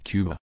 Cuba